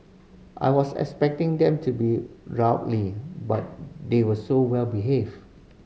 I was expecting them to be rowdy but they were so well behaved